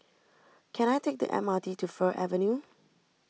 can I take the M R T to Fir Avenue